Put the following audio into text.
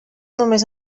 només